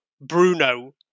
Bruno